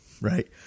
right